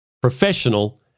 professional